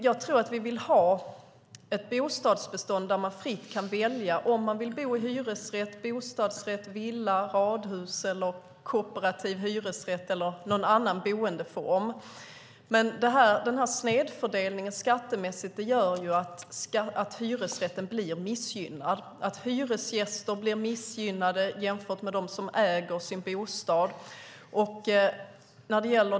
Jag tror att vi vill ha ett bostadsbestånd där man fritt kan välja om man vill bo i hyresrätt, bostadsrätt, villa, radhus, kooperativ hyresrätt eller någon annan boendeform. Den här snedfördelningen skattemässigt gör att hyresrätten blir missgynnad och att hyresgäster blir missgynnade jämfört med dem som äger sin bostad.